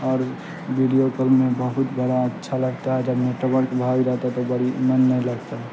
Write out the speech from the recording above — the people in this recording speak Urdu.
اور ویڈیو کال میں بہت بڑا اچھا لگتا ہے جب نیٹورک بھاگ جاتا ہے تو بڑی من نہیں لگتا ہے